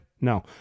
No